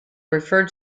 referred